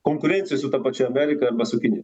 konkurencijai su ta pačia amerika arba su kinija